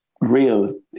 real